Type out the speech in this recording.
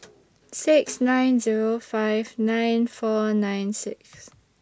six nine Zero five nine four nine six